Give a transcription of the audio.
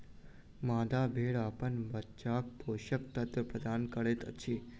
मादा भेड़ अपन बच्चाक पोषक तत्व प्रदान करैत अछि